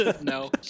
No